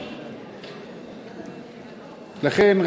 לכן,